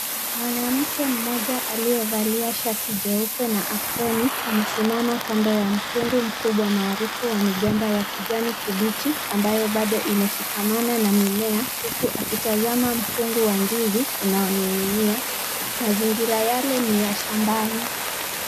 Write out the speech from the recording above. Mwanamke mmoja aliyevalia shati jeupe na aproni, amesimama kando ya mkungu mkubwa maarufu wa migomba ya kijani kibichi, ambayo bado imeshikamana na mimea, huku akitazama mkungu wa ndizi unaoning'inia. Mazingira yale ni ya shambani.